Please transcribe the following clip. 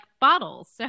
bottles